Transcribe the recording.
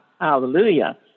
hallelujah